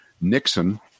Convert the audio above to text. Nixon